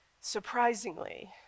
surprisingly